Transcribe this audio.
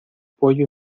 pollo